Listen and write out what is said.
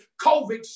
COVID